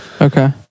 Okay